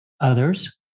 others